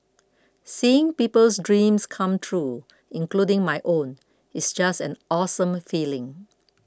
seeing people's dreams come true including my own it's just an awesome feeling